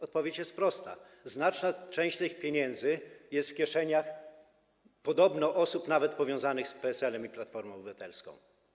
Odpowiedź jest prosta: Znaczna część tych pieniędzy jest w kieszeniach, podobno osób nawet powiązanych z PSL-em i Platformą Obywatelską.